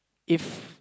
if